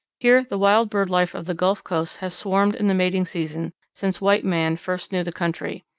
here the wild bird life of the gulf coast has swarmed in the mating season since white man first knew the country.